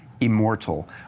immortal